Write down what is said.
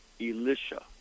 Elisha